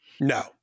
No